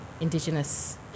Indigenous